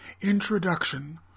introduction